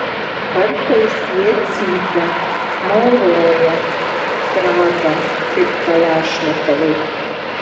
kartais jie cypia mauroja trata kaip kalašnikovai